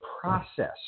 process